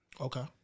Okay